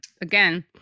again